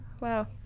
Wow